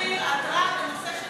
חברת הכנסת סתיו שפיר עתרה בנושא שנוגע,